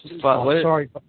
Sorry